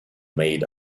made